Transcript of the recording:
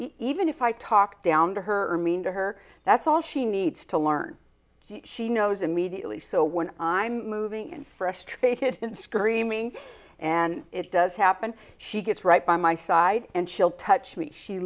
even if i talk down to her mean to her that's all she needs to learn she knows immediately so when i'm moving and frustrated and screaming and it does happen she gets right by my side and she'll touch me she